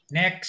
next